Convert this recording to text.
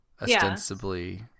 ostensibly